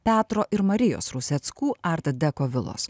petro ir marijos ruseckų art deko vilos